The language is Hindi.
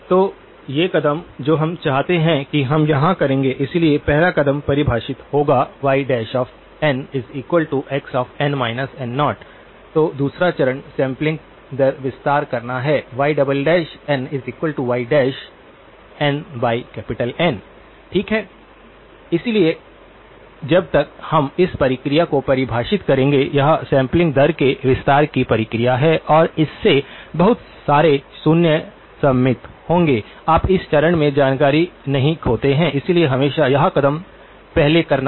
तो ये कदम जो हम चाहते हैं कि हम यहां करेंगे इसलिए पहला कदम परिभाषित होगा ynxn N0 तो दूसरा चरण सैंपलिंग दर विस्तार करना है ynynN ठीक है इसलिए जब तक हम इस प्रक्रिया को परिभाषित करेंगे यह सैंपलिंग दर के विस्तार की प्रक्रिया है और इससे बहुत सारे शून्य सम्मिलित होंगे आप इस चरण में जानकारी नहीं खोते हैं इसलिए हमेशा यह कदम पहले करना बेहतर है